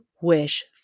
wish